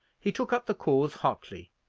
he took up the cause hotly,